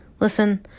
Listen